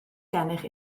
gennych